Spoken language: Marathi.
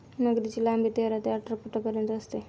मगरीची लांबी तेरा ते अठरा फुटांपर्यंत असते